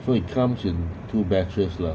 so it comes in two batches lah